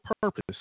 purpose